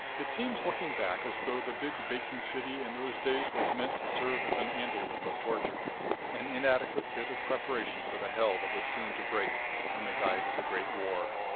it seems, looking back, as though the big baking city in those days was meant to serve as an anteroom of torture an inadequate bit of preparation for the hell that was soon to break in the guise of the great war.